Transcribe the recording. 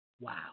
Wow